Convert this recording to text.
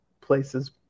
places